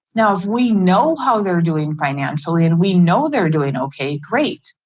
now if we know how they're doing financially and we know they're doing okay, great.